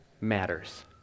matters